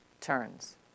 turns